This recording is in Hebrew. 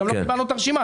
גם לא קיבלנו את הרשימה.